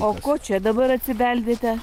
o ko čia dabar atsibeldėte